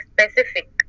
specific